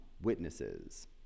witnesses